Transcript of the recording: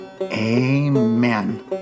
Amen